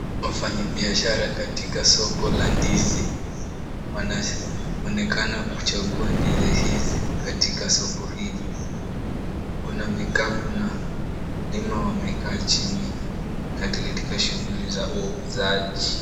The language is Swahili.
Wafanyi biashara katika soko la ndizi wanaonekana kuchagua ndizi hizi katika soko hili. Kuna vikapu na wakulima wamekaa chini katika shughuli za uuzaji.